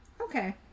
Okay